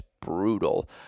brutal